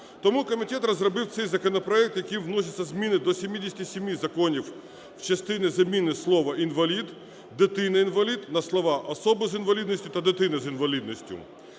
Тому комітет розробив цей законопроект, яким вносяться зміни до 77 законів в частині заміни слова "інвалід", "дитина-інвалід" на слова "особа з інвалідністю" та "дитина з інвалідністю".